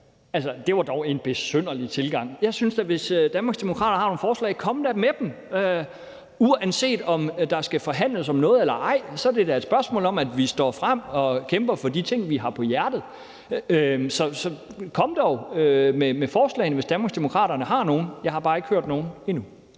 det var dog en besynderlig tilgang. Jeg synes da, at hvis Danmarksdemokraterne har nogle forslag, så skal de da komme med dem. Uanset om der skal forhandles om noget eller ej, er det da et spørgsmål om, at man står frem og kæmper for de ting, man har på hjertet. Så kom dog med forslagene, hvis Danmarksdemokraterne har nogen. Jeg har bare ikke hørt nogen endnu.